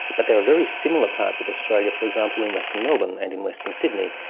but there are very similar parts of australia, for example in western melbourne and in western sydney,